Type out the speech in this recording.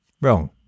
Wrong